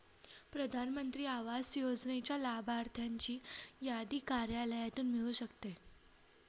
प्रधान मंत्री आवास योजनेच्या लाभार्थ्यांची यादी कार्यालयातून मिळू शकते